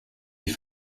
die